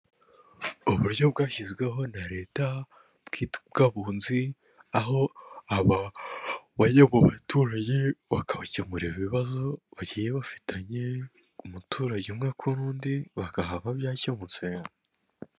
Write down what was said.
Uburyo bwashyizweho na leta bw'abunzi aho aba bajya mu abaturage bakabakemurarira ibibazo bagiye bafitanye umuturage umwe kuri undi bakahava byakemutse.